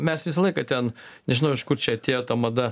mes visą laiką ten nežinau iš kur čia atėjo ta mada